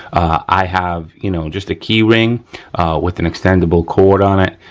i have, you know, just a keyring with an extendable cord on it,